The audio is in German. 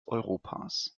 europas